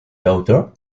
daughter